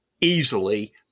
easily